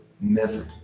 method